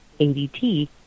ADT